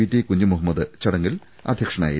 T Kunjumuhammad ചടങ്ങിൽ അധ്യക്ഷനായിരുന്നു